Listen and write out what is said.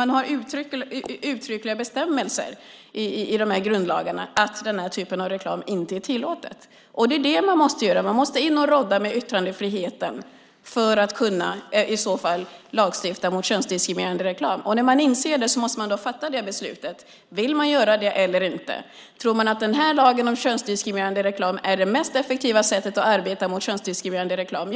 Man har uttryckliga bestämmelser i grundlagarna att den typen av reklam inte är tillåtet. Det man måste göra är att rådda med yttrandefriheten för att i så fall lagstifta mot könsdiskriminerande reklam. När man inser det måste man fatta beslutet om man vill göra det eller inte. Tror man att den här lagen om könsdiskriminerande reklam är det mest effektiva sättet att arbeta mot könsdiskriminerande reklam